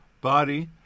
body